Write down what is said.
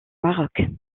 maroc